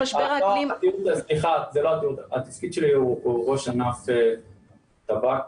התפקיד שלי הוא ראש ענף טב"ק,